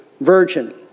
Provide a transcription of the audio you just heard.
virgin